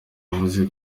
avuze